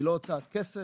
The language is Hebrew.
היא לא הוצאת כסף,